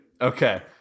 okay